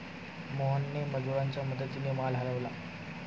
मोहनने मजुरांच्या मदतीने माल हलवला